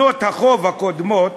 שנות החוב הקודמות.